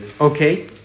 Okay